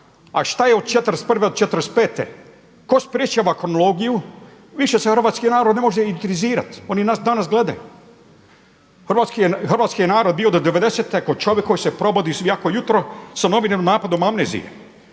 A šta je od '41. do '45.? Tko sprječava kronologiju? Više se hrvatski narod ne može …/Govornik se ne razumije./… oni nas danas gledaju. Hrvatski je narod bio do '95. kao čovjek koji se probudi svako jutro sa novim napadom amnezije.